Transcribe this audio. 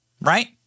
Right